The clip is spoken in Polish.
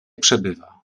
przebywa